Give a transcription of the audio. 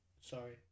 sorry